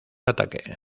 ataque